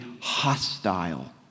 hostile